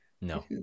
no